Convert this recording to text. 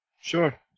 Sure